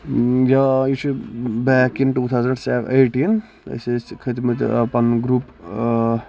یا یہِ چھُ back in two thousand seven eighteen أسۍ ٲسۍ کھٔتۍ مٕتۍ پَنُن گٕرُپ